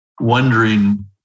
wondering